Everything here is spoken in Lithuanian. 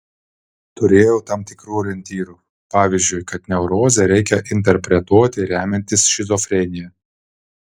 turėjau tam tikrų orientyrų pavyzdžiui kad neurozę reikia interpretuoti remiantis šizofrenija